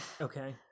Okay